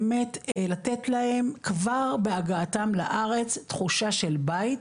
באמת לתת להם כבר בהגעתם לארץ תחושה של בית,